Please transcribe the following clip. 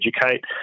educate